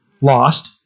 lost